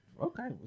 Okay